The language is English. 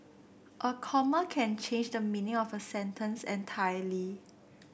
a comma can change the meaning of a sentence entirely